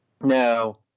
Now